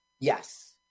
Yes